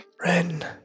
Ren